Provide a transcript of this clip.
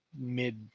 mid